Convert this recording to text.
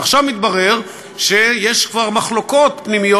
ועכשיו מתברר שיש כבר מחלוקות פנימיות,